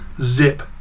zip